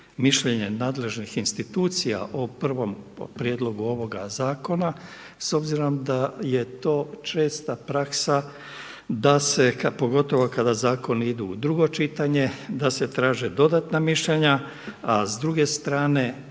mišljenje nadležnih institucija o prvom prijedlogu ovoga zakona s obzirom da je to česta praksa da se pogotovo kada zakoni idu u drugo čitanje da se traže dodatna mišljenja, a s druge strane